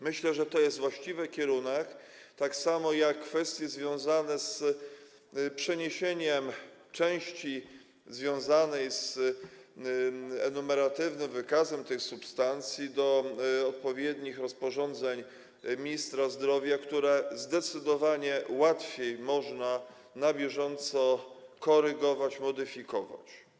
Myślę, że to jest właściwy kierunek, tak jak w kwestiach związanych z przeniesieniem części łączącej się z enumeratywnym wykazem tych substancji do odpowiednich rozporządzeń ministra zdrowia, które zdecydowanie łatwiej można na bieżąco korygować, modyfikować.